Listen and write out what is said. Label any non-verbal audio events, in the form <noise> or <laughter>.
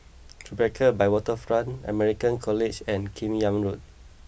<noise> Tribeca by Waterfront American College and Kim Yam Road